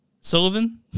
Sullivan